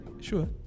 Sure